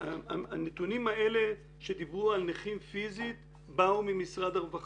הנתונים האלה שדיברו על נכים פיזית באו ממשרד הרווחה.